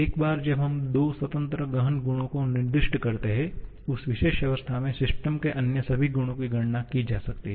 एक बार जब हम दो स्वतंत्र गहन गुणों को निर्दिष्ट करते हैं उस विशेष अवस्था में सिस्टम के अन्य सभी गुणों की गणना की जा सकती है